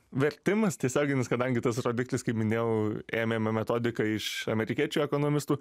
vertimas tiesioginis kadangi tas rodiklis kaip minėjau ėmėme metodiką iš amerikiečių ekonomistų